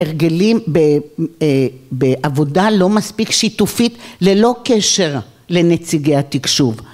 ‫הרגלים בעבודה לא מספיק שיתופית ‫ללא קשר לנציגי התקשוב.